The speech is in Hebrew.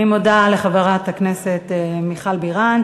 אני מודה לחברת הכנסת מיכל בירן.